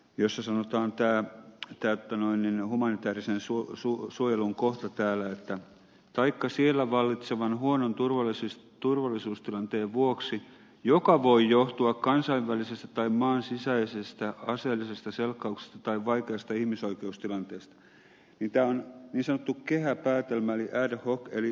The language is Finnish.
kysyisin tuntein käyttöönoin humanitäärisen sulkusuuhun ollut jossa sanotaan että taikka siellä vallitsevan huonon turvallisuustilanteen vuoksi joka voi johtua kansainvälisestä tai maan sisäisestä aseellisesta selkkauksesta tai vaikeasta ihmisoikeustilanteesta on niin sanottu kehäpäätelmä eli ad hoc